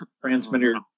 transmitter